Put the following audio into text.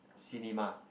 cinema